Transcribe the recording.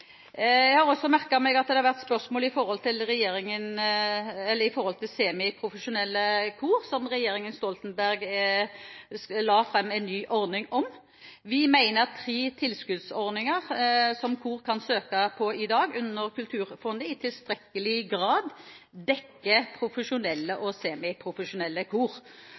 Jeg har også merket meg at det har vært spørsmål om semiprofesjonelle kor, som regjeringen Stoltenberg la fram en ny ordning for. Vi mener at tre tilskuddsordninger under Kulturfondet som kor kan søke på i dag, i tilstrekkelig grad dekker profesjonelle og semiprofesjonelle kor.